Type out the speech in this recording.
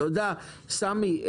תודה, סמי.